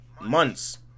months